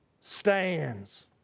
stands